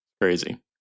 Crazy